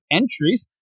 entries